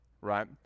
right